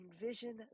envision